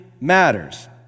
matters